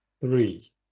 three